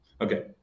Okay